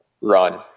run